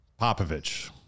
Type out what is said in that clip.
Popovich